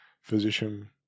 physician